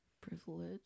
Privilege